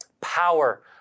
power